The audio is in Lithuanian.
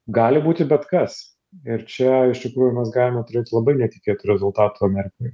gali būti bet kas ir čia iš tikrųjų mes galime turėti labai netikėtų rezultatų amerikoj